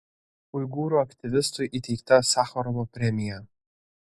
uigūrų aktyvistui įteikta sacharovo premija